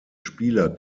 spieler